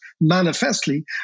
manifestly